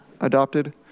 adopted